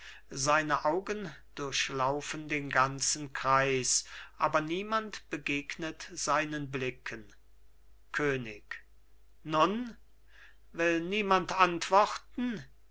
seine augen durchlaufen den ganzen kreis aber niemand begegnet seinen blicken könig nun will niemand antworten